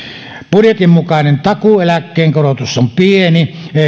budjetin mukainen takuueläkkeen korotus on pieni